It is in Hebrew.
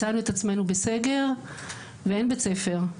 מצאנו את עצמנו בסגר ואין בית ספר.